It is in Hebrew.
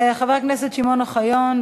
חבר הכנסת שמעון אוחיון,